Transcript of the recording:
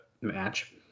match